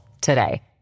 today